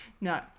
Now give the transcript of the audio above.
No